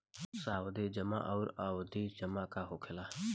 सावधि जमा आउर आवर्ती जमा का होखेला?